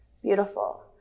Beautiful